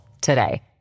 today